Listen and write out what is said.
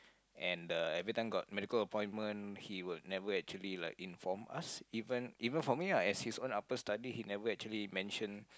and the every time got medical appointment he would never actually like inform us even even for me lah as his own upper study he never actually mention